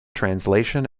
translation